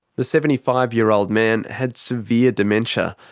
the seventy five year old man had severe dementia,